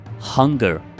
hunger